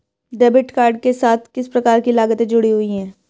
Debit card के साथ किस प्रकार की लागतें जुड़ी हुई हैं?